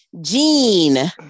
Gene